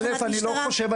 אלף אני לא חושב,